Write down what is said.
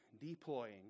Deploying